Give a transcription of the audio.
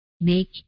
make